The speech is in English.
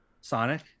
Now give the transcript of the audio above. Sonic